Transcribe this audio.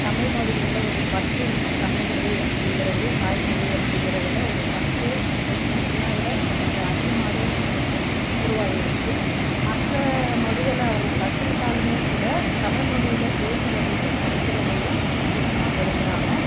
தமிழ்மொழி மேலே ஒரு பற்று நம்ம தமிழ்மொழி அப்படிங்கறது தாய்மொழி அப்படிங்கறதுல ஒரு பற்று இப்போ முன்னவிட இப்போ கொஞ்சம் அதிகமாகவே மக்களுக்கு உருவாகியிருக்குது மற்ற மொழிகளை அவங்க கற்றுக்கிட்டாலுமே கூட தமிழ்மொழியில் பேசுகிறதையும் படிக்கிறதையும் அதிகமாக விரும்புகிறாங்க